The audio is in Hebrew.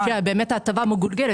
באמת ההטבה מגולגלת.